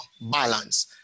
balance